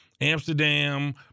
Amsterdam